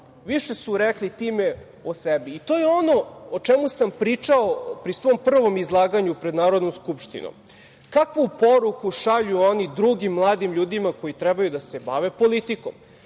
Više su rekli time o sebi i to je ono o čemu sam pričao pri svom prvom izlaganju pred Narodnom skupštinom, kakvu poruku šalju oni drugim mladim ljudima koji treba da se bave politikom. Srbiji